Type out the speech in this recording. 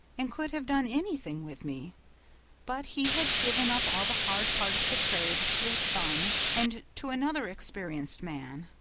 and could have done anything with me but he had given up all the hard part of the trade to his son and to another experienced man,